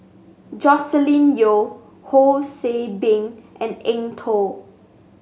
Joscelin Yeo Ho See Beng and Eng Tow